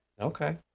Okay